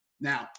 Now